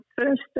first